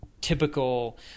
typical